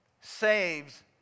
saves